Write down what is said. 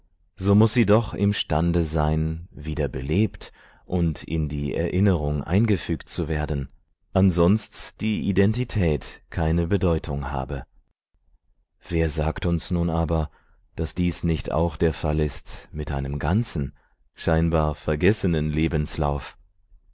so muß sie doch imstande sein wieder belebt und in die erinnerung eingefügt zu werden ansonst die identität keine bedeutung habe wer sagt uns nun aber daß dies nicht auch der fall ist mit einem ganzen scheinbar vergessenen lebenslauf